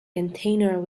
container